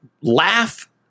laugh